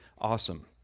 awesome